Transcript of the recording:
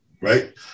Right